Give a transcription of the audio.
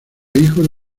hijo